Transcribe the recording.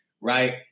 right